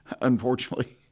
unfortunately